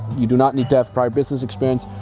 you do not need to have prior business experience.